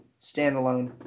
standalone